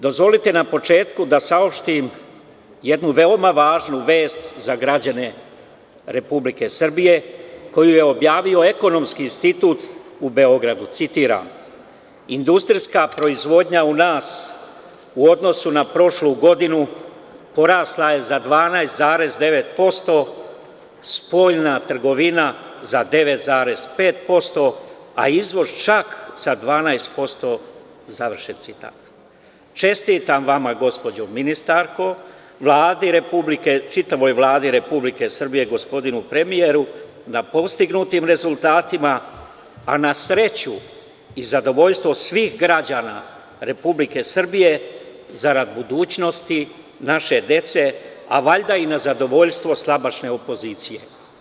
Dozvolite na početku da saopštim jednu veoma važnu vest za građane Republike Srbije, koju je objavio Ekonomski institut u Beogradu, citiram: „Industrijska proizvodnja u nas u odnosu na prošlu godinu, porasla je za 12,9%, spoljna trgovina za 9,5%, a izvoz čak za 12%.“ Čestitam vama gospođo ministarko, čitavoj Vladi Republike Srbije, gospodinu premijeru, na postignutim rezultatima, a na sreću i zadovoljstvo svih građana Republike Srbije, zarad budućnosti naše dece, a valjda i na zadovoljstvo slabašne opozicije.